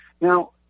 Now